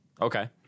Okay